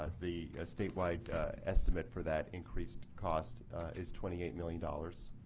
ah the statewide estimate for that increased cost is twenty eight million dollars.